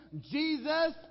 Jesus